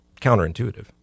counterintuitive